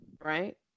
right